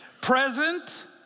Present